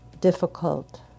difficult